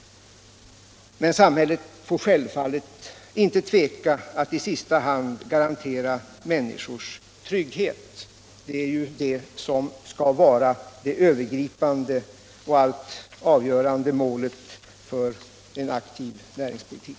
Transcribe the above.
Men samhället får självfallet inte tveka att i sista hand garantera människors trygghet. Det är ju den som skall vara det övergripande och allt avgörande målet för en näringspolitik.